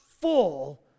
full